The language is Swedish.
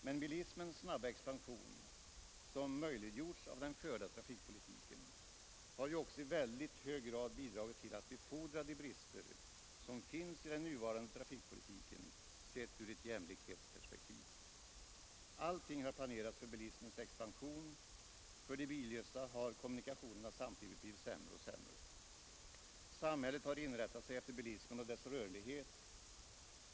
Men bilismens snabba expansion, som möjliggjorts av den förda trafikpolitiken, har ju också i väldigt hög grad bidragit till att befordra de brister som finns i den nuvarande trafikpolitiken, sedd ur ett jämlikhetsperspektiv. Allting har planerats för bilismens expansion, men för de billösa har kommunikationerna samtidigt blivit sämre och sämre. Samhället har inrättat sig efter bilismen och dess rörlighet.